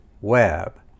web